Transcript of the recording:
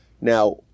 Now